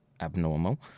abnormal